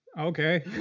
Okay